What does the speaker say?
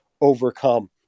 overcome